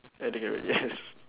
at the gallery yes